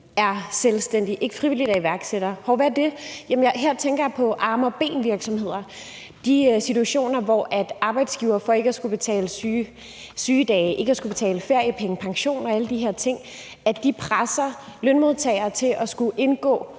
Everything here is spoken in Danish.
er selvstændige, ikke frivilligt er iværksættere. Hov, hvad er det? Jamen her tænker jeg på arme og ben-virksomheder – de situationer, hvor arbejdsgiver for ikke at skulle betale sygedage og ikke skulle betale feriepenge, pension og alle de her ting presser lønmodtagere til at skulle indgå